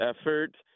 effort